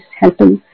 helping